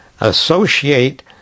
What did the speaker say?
associate